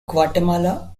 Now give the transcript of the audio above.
guatemala